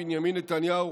בנימין נתניהו,